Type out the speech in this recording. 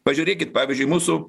pažiūrėkit pavyzdžiui mūsų